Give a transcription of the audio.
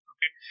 Okay